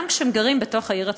גם כשהם גרים בתוך העיר הצפופה,